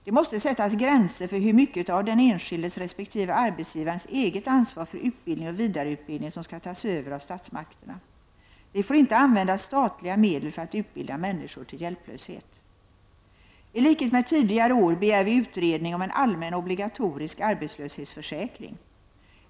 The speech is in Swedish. Det måste sättas gränser för hur mycket av den enskildes resp. arbetsgivarens eget ansvar för utbildning och vidareutbildning som skall tas över av statsmakterna, Vi får inte använda statliga medel för att utbilda människor till hjälplöshet. I likhet med tidigare år begär vi utredning om en allmän, obligatorisk arbetslöshetsförsäkring.